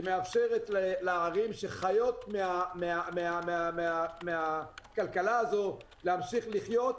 שמאפשרת לערים שחיות מהכלכלה הזאת להמשיך לחיות.